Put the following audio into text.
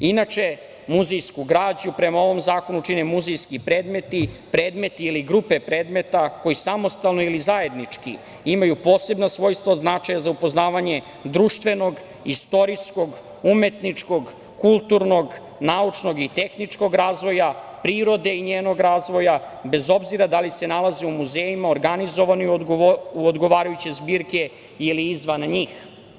Inače, muzejsku građu prema ovom zakonu čine muzejski predmeti, predmeti ili grupe predmeta koji samostalno ili zajednički imaju posebno svojstvo od značaja za upoznavanje društvenog, istorijskog, umetničkog, kulturnog, naučnog i tehničkog razvoja, prirode i njenog razvoja, bez obzira da li se nalaze u muzejima organizovani u odgovarajuće zbirke ili izvan njih.